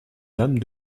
dame